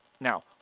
Now